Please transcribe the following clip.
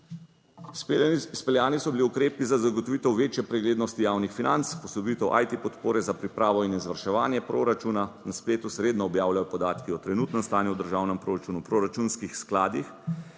Izpeljani so bili ukrepi za zagotovitev večje preglednosti javnih financ, posodobitev IT podpore za pripravo in izvrševanje proračuna, na spletu se redno objavljajo podatki o trenutnem stanju v državnem proračunu, v proračunskih skladih,